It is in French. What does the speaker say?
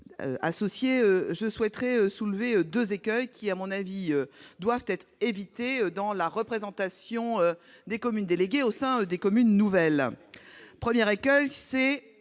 associées, je souhaite soulever deux écueils qui doivent être évités dans la représentation des communes déléguées au sein des communes nouvelles. Le premier écueil